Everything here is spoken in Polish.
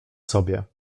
sobie